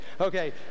Okay